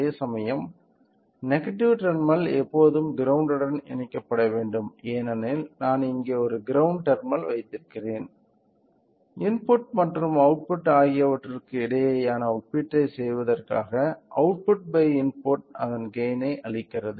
அதேசமயம் negative terminal எப்போதும் கிரௌண்ட்டன் இணைக்கப்பட வேண்டும் ஏனெனில் நான் இங்கே ஒரு கிரௌண்ட் டெர்மினல் வைத்திருக்கிறேன் இன்புட் மற்றும் அவுட்புட் ஆகியவற்றுக்கு இடையேயான ஒப்பீட்டைச் செய்வதற்காக அவுட்புட் பை இன்புட் அதன் கெய்ன் ஐ அளிக்கிறது